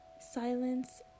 Silence